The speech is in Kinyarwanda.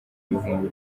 ibihumbi